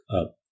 up